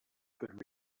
could